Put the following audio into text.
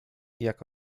jak